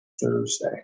Thursday